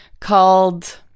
called